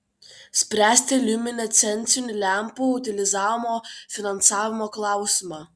spręsti liuminescencinių lempų utilizavimo finansavimo klausimą